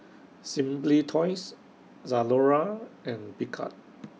Simply Toys Zalora and Picard